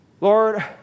Lord